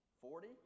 Forty